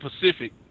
Pacific